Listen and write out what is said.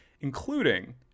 including